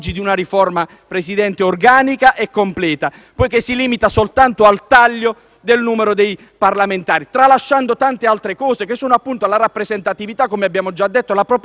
del numero dei parlamentari, tralasciando tante altre cose: la rappresentatività e la proporzionalità anche nelle Commissioni, i parlamentari che devono essere eletti nelle Regioni,